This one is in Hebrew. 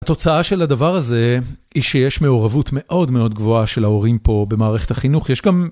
התוצאה של הדבר הזה, היא שיש מעורבות מאוד מאוד גבוהה של ההורים פה, במערכת החינוך. יש גם